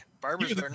barbers